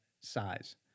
size